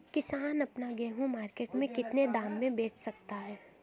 किसान अपना गेहूँ मार्केट में कितने दाम में बेच सकता है?